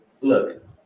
look